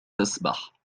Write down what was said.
تسبح